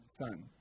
son